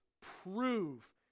prove